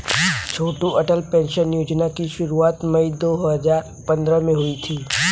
छोटू Atal pension योजना की शुरुआत मई दो हज़ार पंद्रह में हुई थी